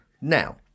Now